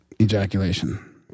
ejaculation